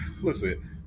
listen